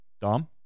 dom